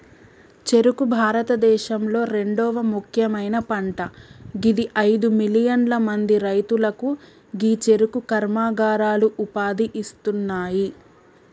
చెఱుకు భారతదేశంలొ రెండవ ముఖ్యమైన పంట గిది అయిదు మిలియన్ల మంది రైతులకు గీ చెఱుకు కర్మాగారాలు ఉపాధి ఇస్తున్నాయి